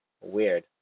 Weird